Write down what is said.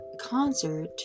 concert